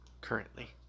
currently